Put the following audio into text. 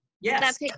yes